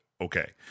okay